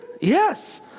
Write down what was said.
Yes